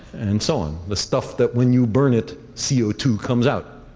and so on. the stuff that when you burn it c o two comes out.